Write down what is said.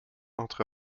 entre